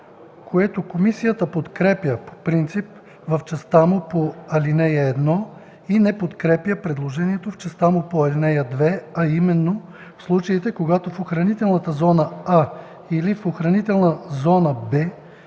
което комисията подкрепя по принцип в частта му по ал. 1 и не подкрепя предложението в частта му по ал. 2, а именно: „(2) В случаите, когато в охранителна зона „А” или в охранителна зона